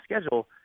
schedule